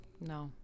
No